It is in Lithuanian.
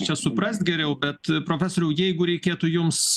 čia suprast geriau bet profesoriau jeigu reikėtų jums